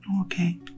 Okay